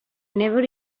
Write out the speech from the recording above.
never